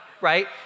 right